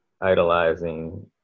idolizing